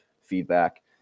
feedback